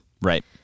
Right